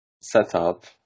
setup